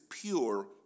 pure